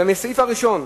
ומהסעיף הראשון,